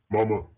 Mama